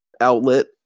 outlet